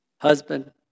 Husband